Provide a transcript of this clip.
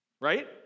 Right